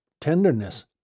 tenderness